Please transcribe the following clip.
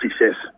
success